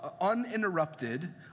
uninterrupted